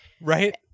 Right